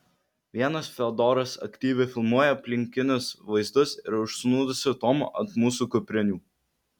vienas fiodoras aktyviai filmuoja aplinkinius vaizdus ir užsnūdusį tomą ant mūsų kuprinių